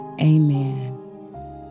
Amen